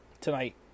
tonight